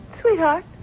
Sweetheart